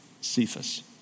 Cephas